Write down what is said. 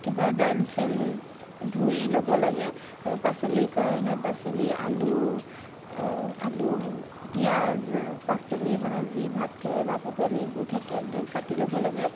কিবা দাইল চাইল ধুই ল'ব লাগে আৰু পাচলিৰ কাৰণে পাচলি আলু আলু পিয়াঁজ পাচলি মানে যি ভাত কেৰেলা পটল এইবোৰ থাকে সেইটো কাটি ল'ব লাগে